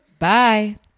Bye